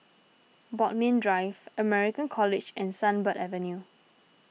Bodmin Drive American College and Sunbird Avenue